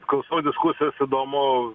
klausau diskusijos įdomu